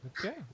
Okay